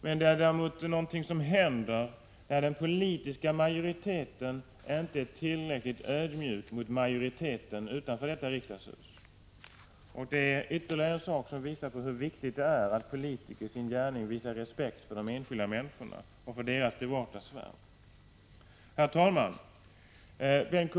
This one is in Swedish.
Däremot är det något som händer när den politiska majoriteten inte är tillräckligt ödmjuk mot majoriteten utanför detta riksdagshus. Det är ytterligare något som visar på hur viktigt det är att politiker i sin gärning visar respekt för de enskilda människorna och deras privata sfär. Herr talman! Bengt K.